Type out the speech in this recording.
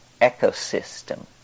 ecosystem